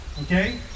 Okay